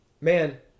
Man